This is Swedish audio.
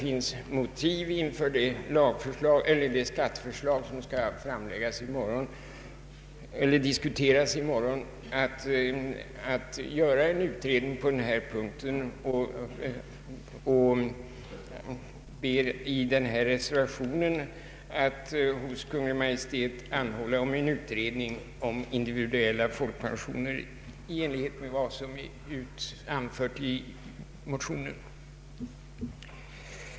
Inför det skatteförslag som skall diskuteras i morgon tycker vi det finns motiv för att göra en utredning på denna punkt. Därför föreslår vi i denna reservation att riksdagen skall hos Kungl. Maj:t anhålla om en utredning om individuella folkpensioner i enlighet med vad som anförts i motionen.